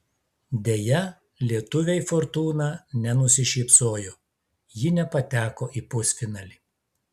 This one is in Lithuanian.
deja lietuvei fortūna nenusišypsojo ji nepateko į pusfinalį